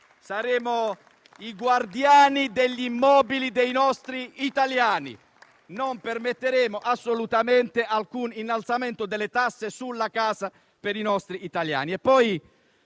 Saremo i guardiani degli immobili dei nostri italiani e non permetteremo assolutamente alcun innalzamento delle tasse sulla casa per gli italiani.